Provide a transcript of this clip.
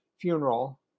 funeral